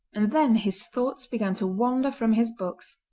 and then his thoughts began to wander from his books.